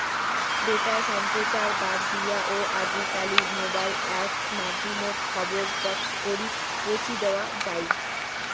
বেতার সম্প্রচার বাদ দিয়াও আজিকালি মোবাইল অ্যাপ মাধ্যমত খবর পছকরি পৌঁছি দ্যাওয়াৎ যাই